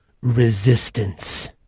resistance